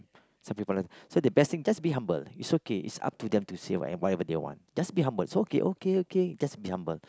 some people like to so the best thing just be humble it's okay it's up to them to say whatever they want just be humble it's okay okay okay just be humble